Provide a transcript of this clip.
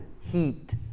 heat